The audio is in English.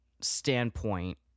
standpoint